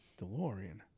DeLorean